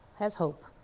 has hope